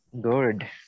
good